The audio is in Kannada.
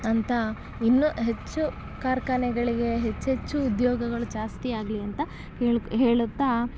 ಅಂಥ ಇನ್ನೂ ಹೆಚ್ಚು ಕಾರ್ಖಾನೆಗಳಿಗೆ ಹೆಚ್ಚೆಚ್ಚು ಉದ್ಯೋಗಗಳು ಜಾಸ್ತಿಯಾಗಲಿ ಅಂತ ಹೇಳಿ ಹೇಳುತ್ತಾ